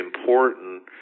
important